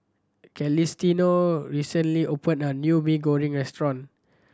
Celestino recently opened a new Mee Goreng restaurant